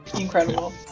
Incredible